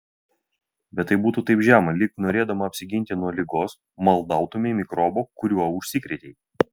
bet tai būtų taip žema lyg norėdama apsiginti nuo ligos maldautumei mikrobo kuriuo užsikrėtei